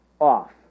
off